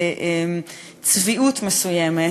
של צביעות מסוימת.